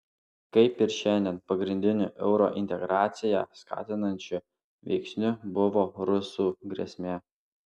kaip ir šiandien pagrindiniu eurointegraciją skatinančiu veiksniu buvo rusų grėsmė